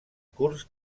curs